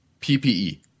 PPE